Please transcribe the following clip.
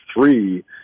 three